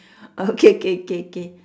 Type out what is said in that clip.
okay K K K